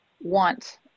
want